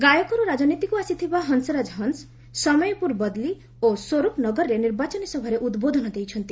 ଗାୟକରୁ ରାଜନୀତିକୁ ଆସିଥିବା ହଂସରାଜ ହଂସ୍ ସମୟେପୁର ବଦଲି ଓ ସୋରୁପ ନଗରରେ ନିର୍ବାଚନୀ ସଭାରେ ଉଦ୍ବୋଧନ ଦେଇଛନ୍ତି